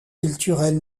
culturel